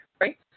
Right